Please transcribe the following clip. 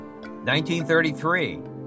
1933